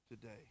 today